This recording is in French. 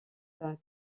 que